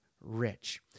rich